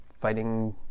Fighting